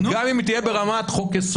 גם אם היא תהיה ברמת חוק-יסוד.